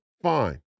fine